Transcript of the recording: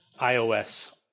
iOS